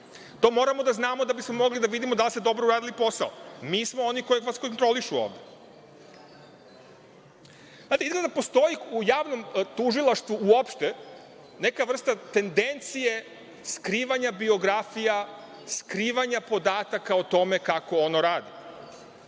To moramo da znamo da bismo mogli da vidimo da li ste dobro uradili posao. Mi smo oni koji vas kontrolišu ovde. Znate, izgleda postoji u javnom tužilaštvu uopšte neka vrsta tendencije skrivanja biografija, skrivanja podataka o tome kako ono radi.